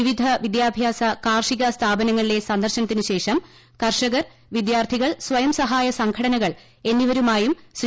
വിവിധ വിദ്യാഭ്യാസ കാർഷിക സ്ഥാപനങ്ങളിലെ സന്ദർശനത്തിനു ശേഷം കർഷകർ വിദ്യാർത്ഥികൾ സ്വയം സഹായ സംഘടനകൾ എന്നിവരുമായും ശ്രീ